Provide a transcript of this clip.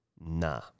nah